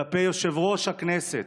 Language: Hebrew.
כלפי יושב-ראש הכנסת,